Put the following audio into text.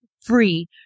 free